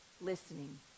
listening